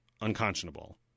unconscionable